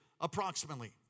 approximately